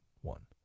one